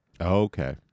Okay